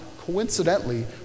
coincidentally